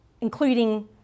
including